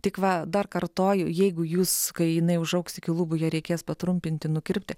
tik va dar kartoju jeigu jūs kai jinai užaugs iki lubų ją reikės patrumpinti nukirpti